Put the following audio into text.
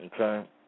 Okay